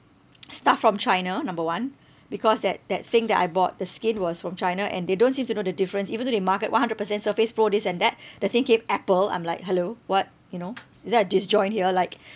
stuff from china number one because that that thing that I bought the skin was from china and they don't seem to know the difference even though they market one hundred percent Surface Pro this and that the thing came Apple I'm like hello what you know is there a disjoint here like